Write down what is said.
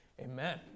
amen